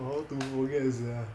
!wah! how to forget sia